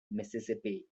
mississippi